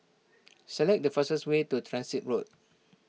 select the fastest way to Transit Road